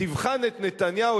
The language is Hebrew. תבחן את נתניהו,